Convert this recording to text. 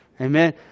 Amen